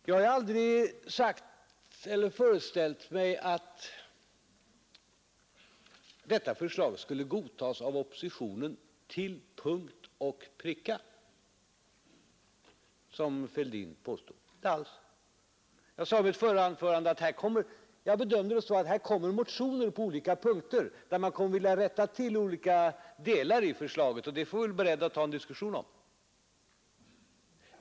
Jag har aldrig sagt eller föreställt mig att detta förslag skulle godtas av oppositionen till punkt och pricka, som herr Fälldin påstod. Inte alls! Jag sade i mitt förra anförande att jag bedömde det så, att man på olika punkter skulle komma med motioner för att vilja rätta till olika delar i förslaget. Dessa motioner fick vi vara beredda att ta upp en diskussion om.